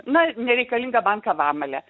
na nereikalingą man kavamalę